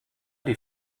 die